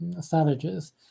savages